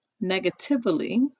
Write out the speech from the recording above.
negatively